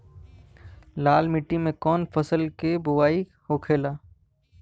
लाल मिट्टी में कौन फसल के बोवाई होखेला?